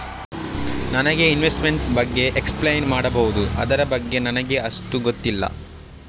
ನನಗೆ ಇನ್ವೆಸ್ಟ್ಮೆಂಟ್ ಬಗ್ಗೆ ಎಕ್ಸ್ಪ್ಲೈನ್ ಮಾಡಬಹುದು, ಅದರ ಬಗ್ಗೆ ನನಗೆ ಅಷ್ಟು ಗೊತ್ತಿಲ್ಲ?